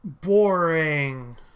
boring